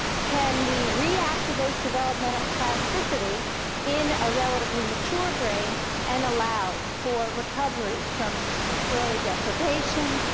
can we reactivate developmental plasticity in a relatively mature brain and allow for recovery from early deprivation,